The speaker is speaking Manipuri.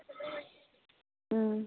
ꯎꯝ